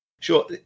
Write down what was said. Sure